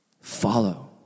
Follow